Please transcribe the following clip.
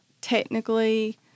technically